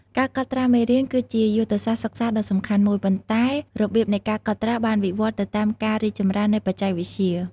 ការកត់ត្រាមេរៀនគឺជាយុទ្ធសាស្ត្រសិក្សាដ៏សំខាន់មួយ ប៉ុន្តែរបៀបនៃការកត់ត្រាបានវិវត្តន៍ទៅតាមការរីកចម្រើននៃបច្ចេកវិទ្យា។